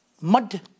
mud